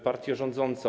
Partio Rządząca!